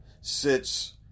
sits